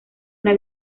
una